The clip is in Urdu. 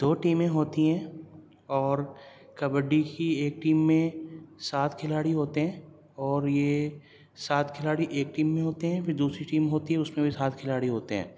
دو ٹیمیں ہوتی ہیں اور کبڈی کی ایک ٹیم میں سات کھلاڑی ہوتے ہیں اور یہ سات کھلاڑی ایک ٹیم میں ہوتے ہے پھر دوسری ٹیم ہوتی ہے اس میں بھی سات کھلاڑی ہوتے ہیں